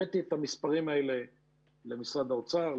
הבאתי את המספרים האלה למשרד האוצר,